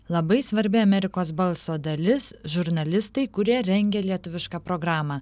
labai svarbia amerikos balso dalis žurnalistai kurie rengė lietuvišką programą